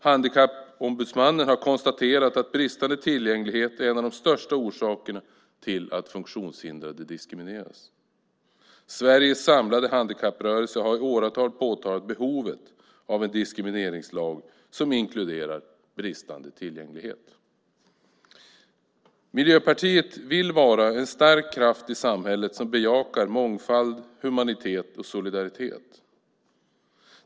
Handikappombudsmannen har konstaterat att bristande tillgänglighet är en av de största orsakerna till att funktionshindrade diskrimineras. Sveriges samlade handikapprörelse har i åratal påtalat behovet av en diskrimineringslag som inkluderar bristande tillgänglighet. Miljöpartiet vill vara en stark kraft i samhället som bejakar mångfald, humanitet och solidaritet.